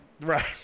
Right